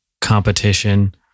competition